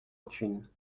rancune